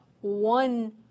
one